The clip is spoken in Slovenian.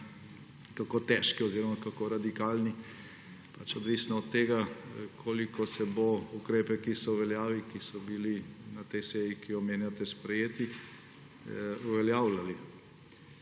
Kako težki oziroma kako radikalni bodo, je pač odvisno od tega, koliko se bodo ukrepi, ki so v veljavi, ki so bili na tej seji, ki jo omenjate, sprejeti, uveljavljali.